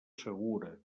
segura